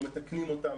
אנחנו מתקנים אותן,